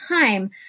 time